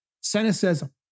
Cynicism